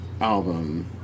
album